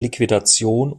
liquidation